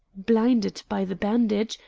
blinded by the bandage,